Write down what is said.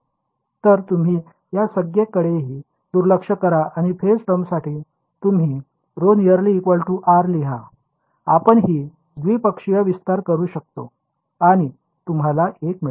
तर तुम्ही या संज्ञेकडेही दुर्लक्ष करा आणि फेज टर्मसाठी तुम्ही ρ ≈ R लिहा आपण येथे द्विपक्षीय विस्तार वापरू शकतो आणि तुम्हाला एक मिळेल